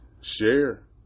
share